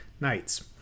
Knights